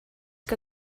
que